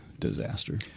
disaster